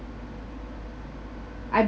I